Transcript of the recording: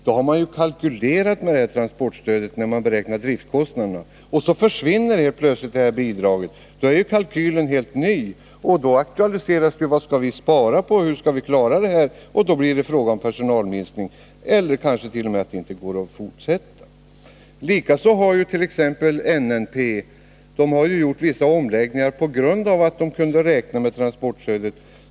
Då har man kalkylerat med transportstödet när man beräknat driftskostnaderna. Men så försvinner plötsligt det bidraget — och då blir kalkylen helt ny. Då blir frågan: Vad skall vi spara på, hur skall vi klara detta? Och då blir det fråga om personalminskningar eller kanske t.o.m. att det inte går att fortsätta verksamheten. NNEP har gjort vissa omläggningar genom att företaget kunde räkna med transportstöd.